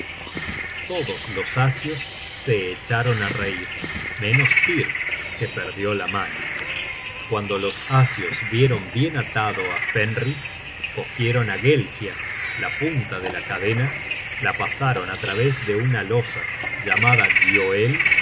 todos los asios se echaron á reir menos tyr que perdió la mano cuando los asios vieron bien atado á fenris cogieron á gelgia la punta de la cadena la pasaron á través de una losa llamada gioel y